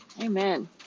Amen